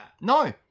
No